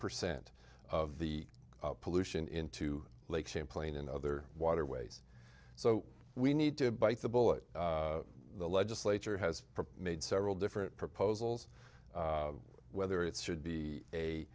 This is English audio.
percent of the pollution into lake champlain and other waterways so we need to bite the bullet the legislature has made several different proposals whether it should be a